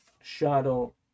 shadow